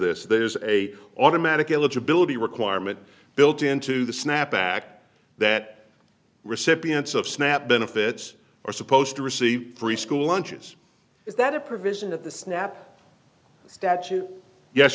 this there's a automatic eligibility requirement built into the snapback that recipients of snap benefits are supposed to receive free school lunches is that a provision of the snap statute yes